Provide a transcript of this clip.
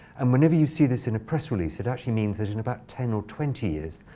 and whenever you see this in a press release, it actually means that in about ten or twenty years,